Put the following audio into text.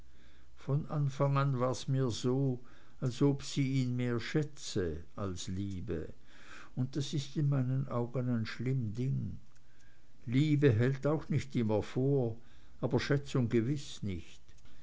von anfang an war mir's so als ob sie ihn mehr schätze als liebe und das ist in meinen augen ein schlimm ding liebe hält auch nicht immer vor aber schätzung gewiß nicht